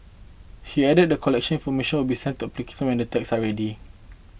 he added that collection information will be sent to applicants and tags are ready